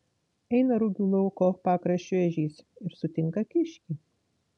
eina rugių lauko pakraščiu ežys ir sutinka kiškį